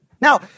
Now